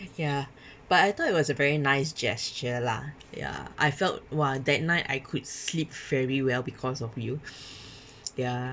ya but I thought it was a very nice gesture lah ya I felt !wah! that night I could sleep very well because of you ya